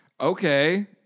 Okay